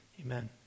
Amen